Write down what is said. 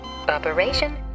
Operation